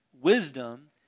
wisdom